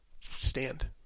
stand